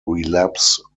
relapse